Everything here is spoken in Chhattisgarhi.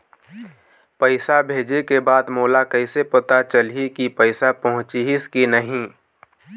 पैसा भेजे के बाद मोला कैसे पता चलही की पैसा पहुंचिस कि नहीं?